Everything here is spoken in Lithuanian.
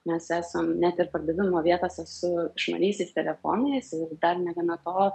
mes esam net ir pardavimo vietose su išmaniaisiais telefonais ir dar negana to